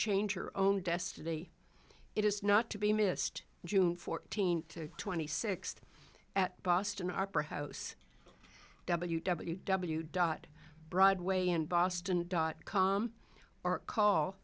change her own destiny it is not to be missed june fourteenth to twenty sixth at boston opera house w w w dot broadway in boston dot com or call